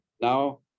Now